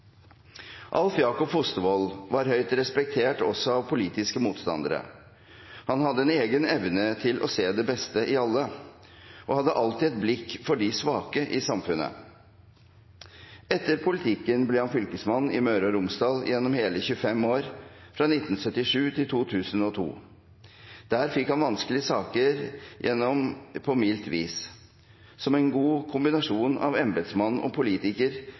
var høyt respektert også av politiske motstandere. Han hadde en egen evne til å se det beste i alle og hadde alltid et blikk for de svake i samfunnet. Etter politikken ble han fylkesmann i Møre og Romsdal gjennom hele 25 år, fra 1977 til 2002. Der fikk han vanskelige saker igjennom på mildt vis. Som en god kombinasjon av embetsmann og politiker